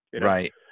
right